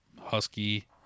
Husky